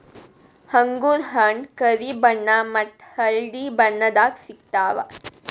ಅಂಗೂರ್ ಹಣ್ಣ್ ಕರಿ ಬಣ್ಣ ಮತ್ತ್ ಹಳ್ದಿ ಬಣ್ಣದಾಗ್ ಸಿಗ್ತವ್